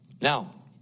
Now